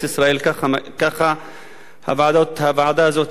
ככה הוועדה הזאת הגדירה.